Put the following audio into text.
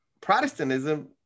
Protestantism